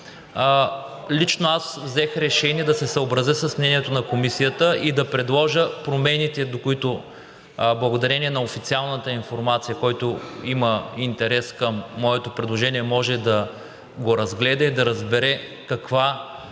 лично аз взех решение да се съобразя с мнението на Комисията и да предложа промените, до които благодарение на официалната информация – който има интерес към моето предложение, може да го разгледа и да разбере какъв